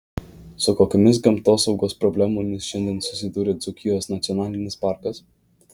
su kokiomis gamtosaugos problemomis šiandien susiduria dzūkijos nacionalinis parkas